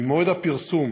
ממועד הפרסום